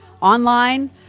online